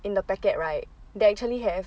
in the packet right they actually have